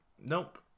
Nope